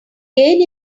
gain